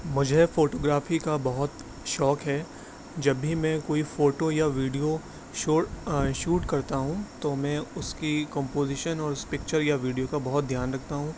مجھے فوٹوگرافی کا بہت شوق ہے جب بھی میں کوئی فوٹو یا ویڈیو شوٹ شوٹ کرتا ہوں تو میں اس کی کمپوزیشن اور اس پکچر یا ویڈیو کا بہت دھیان رکھتا ہوں